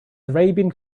arabian